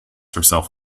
herself